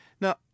Now